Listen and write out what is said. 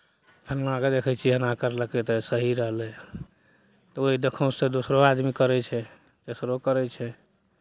फलनाकेँ देखै छी एना करलकै तऽ सही रहलै हँ तऽ ओहि देखाउँससँ दोसरो आदमी करै छै तेसरो करै छै